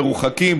מרוחקים,